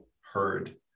heard